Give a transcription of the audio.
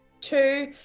two